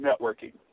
networking